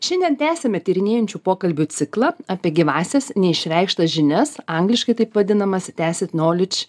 šiandien tęsiame tyrinėjančių pokalbių ciklą apie gyvąsias neišreikštas žinias angliškai taip vadinamas tesit noledž